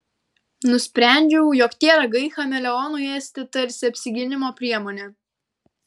nusprendžiau jog tie ragai chameleonui esti tarsi apsigynimo priemonė